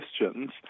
questions